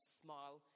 smile